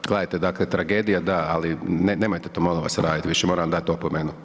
Da, gledajte, dakle, tragedija da, ali nemojte to molim vas raditi više, moram vam dati opomenu.